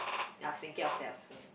I was thinking of that also